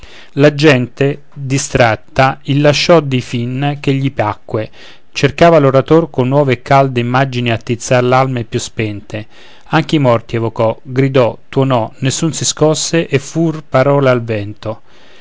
la gente distratta il lasciò dir fin che gli piacque cercava l'orator con nuove e calde immagini attizzar l'alme più spente anche i morti evocò gridò tuonò nessun si scosse e fur parole al vento